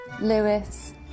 Lewis